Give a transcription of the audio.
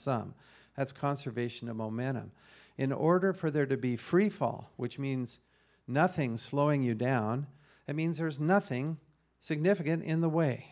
some that's conservation of momentum in order for there to be freefall which means nothing slowing you down it means there is nothing significant in the way